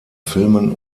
filmen